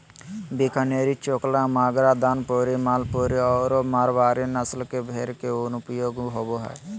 बीकानेरी, चोकला, मागरा, दानपुरी, मालपुरी आरो मारवाड़ी नस्ल के भेड़ के उन उपयोग होबा हइ